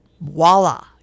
Voila